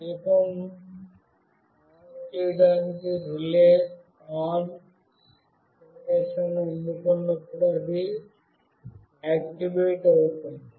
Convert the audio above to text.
దీపం ఆన్ చేయడానికి relay on సందేశాన్ని అందుకున్నప్పుడు అది ఆక్టివేట్ అవుతుంది